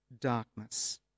darkness